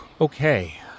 Okay